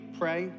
pray